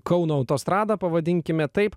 kauno autostradą pavadinkime taip